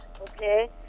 Okay